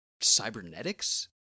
cybernetics